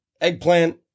eggplant